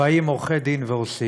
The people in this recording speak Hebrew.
באים עורכי-דין ועושים?